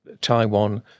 Taiwan